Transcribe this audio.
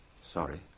Sorry